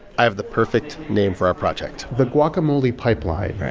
i have the perfect name for our project the guacamole pipeline.